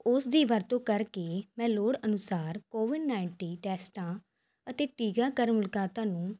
ਉਸ ਦੀ ਵਰਤੋਂ ਕਰਕੇ ਮੈਂ ਲੋੜ ਅਨੁਸਾਰ ਕੋਵਿਡ ਨਾਈਟੀ ਟੈਸਟਾਂ ਅਤੇ ਟੀਕਾਕਰਨ ਲਾਗਤਾਂ ਨੂੰ